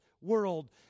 world